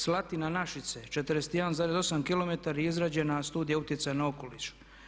Slatina-Našice 41,8 km i izrađena studija utjecaja na okoliš.